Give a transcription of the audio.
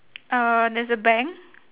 uh there's a bank